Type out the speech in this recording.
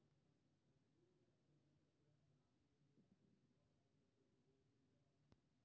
साधारण ब्याजक निर्धारण दैनिक ब्याज कें मूलधन सं गुणा कैर के होइ छै